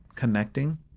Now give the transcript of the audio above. connecting